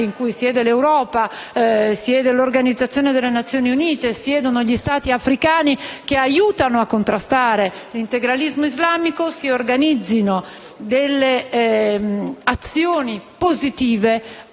in cui siedano l'Europa, l'Organizzazione delle Nazioni Unite e gli Stati africani, che aiutino a contrastare l'integralismo islamico, che si organizzino azioni positive